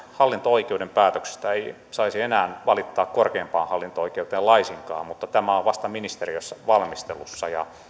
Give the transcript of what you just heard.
hallinto oikeuden päätöksestä ei saisi enää valittaa korkeimpaan hallinto oikeuteen laisinkaan mutta tämä on vasta ministeriössä valmistelussa